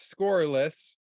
scoreless